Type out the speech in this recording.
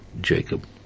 Jacob